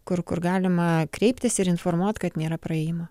kur kur galima kreiptis ir informuoti kad nėra praėjimo